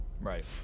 right